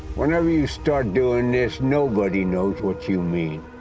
whenever you start doing this, nobody knows what you mean.